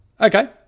Okay